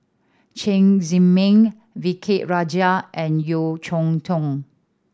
Chen Zhiming V K Rajah and Yeo Cheow Tong